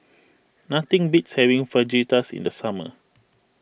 nothing beats having Fajitas in the summer